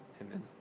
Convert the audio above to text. Amen